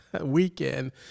weekend